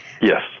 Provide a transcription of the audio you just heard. Yes